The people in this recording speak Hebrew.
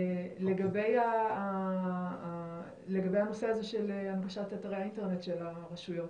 לגבי הנושא הזה של הנגשת אתרי האינטרנט של הרשויות.